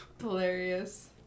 hilarious